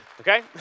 okay